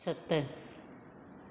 सत